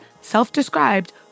self-described